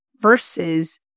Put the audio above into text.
versus